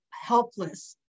helpless